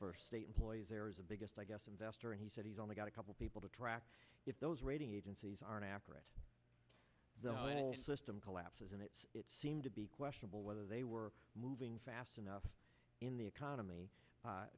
for state employees there is the biggest i guess investor and he said he's only got a couple people to track if those rating agencies are accurate the list i'm collapses and it's it seemed to be questionable whether they were moving fast enough in the economy